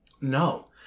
No